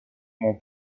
mon